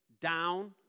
down